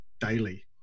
daily